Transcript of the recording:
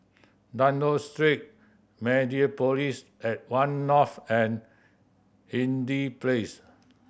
Dunlop Street Mediapolis at One North and Place